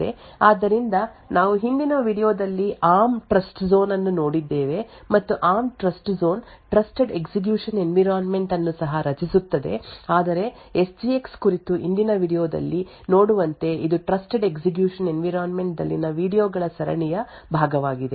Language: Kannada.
ಆದ್ದರಿಂದ ನಾವು ಹಿಂದಿನ ವೀಡಿಯೊ ದಲ್ಲಿ ಆರ್ಮ್ ಟ್ರಸ್ಟ್ಜೋನ್ ಅನ್ನು ನೋಡಿದ್ದೇವೆ ಮತ್ತು ARM TrustZone trusted execution environment ಅನ್ನು ಸಹ ರಚಿಸುತ್ತದೆ ಆದರೆ ಯಸ್ ಜಿ ಎಕ್ಸ್ ಕುರಿತು ಇಂದಿನ ವೀಡಿಯೊ ದಲ್ಲಿ ನೋಡುವಂತೆ ಇದು ಟ್ರಸ್ಟೆಡ್ ಎಸ್ಎಕ್ಯುಷನ್ ಎನ್ವಿರಾನ್ಮೆಂಟ್ ದಲ್ಲಿನ ವೀಡಿಯೊ ಗಳ ಸರಣಿಯ ಭಾಗವಾಗಿದೆ